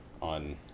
on